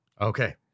Okay